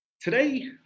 today